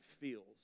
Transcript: feels